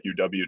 UW